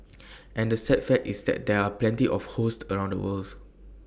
and the sad fact is that there are plenty of hosts around the worlds